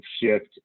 shift